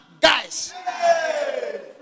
guys